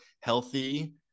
healthy